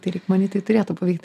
tai reik manyt tai turėtų pavykt